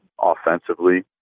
offensively